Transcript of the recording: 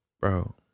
Bro